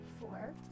four